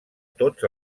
tots